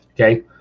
okay